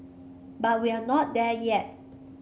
but we're not there yet